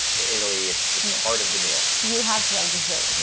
italy it's it's part of the meal. you have to have dessert. and